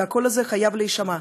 והקול הזה חייב להישמע.